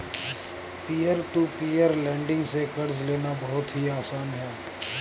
peer to peer lending से कर्ज लेना बहुत ही आसान है